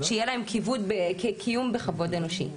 שיהיה להם קיום בכבוד אנושי.